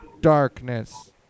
darkness